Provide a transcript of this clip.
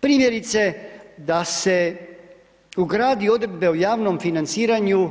Primjerice, da se ugradi Odredbe o javnom financiranju